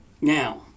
now